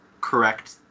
correct